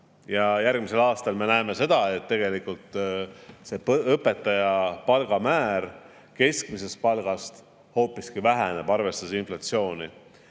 järgmisel aastal me näeme seda, et tegelikult see õpetaja palgamäär keskmisest palgast hoopiski väheneb, arvestades inflatsiooni.